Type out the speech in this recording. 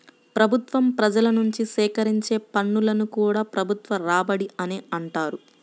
ప్రభుత్వం ప్రజల నుంచి సేకరించే పన్నులను కూడా ప్రభుత్వ రాబడి అనే అంటారు